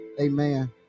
Amen